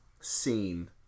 scene